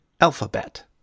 alphabet